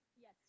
Yes